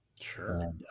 Sure